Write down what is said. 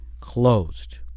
closed